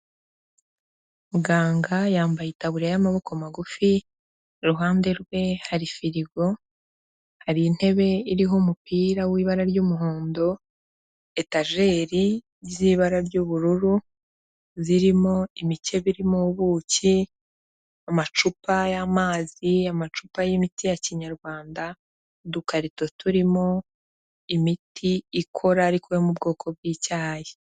Muganga yambaye itaburiya y'amaboko magufi, iruhande rwe hari firigo, hari intebe iriho umupira w'ibara ry'umuhondo, etajeri z'ibara ry'ubururu, zirimo imikebe irimo ubuki, amacupa y'amazi, amacupa y'imiti ya Kinyarwanda, udukarito turimo imiti ikora, ariko yo mu bwoko bw'icyayi.